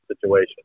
situation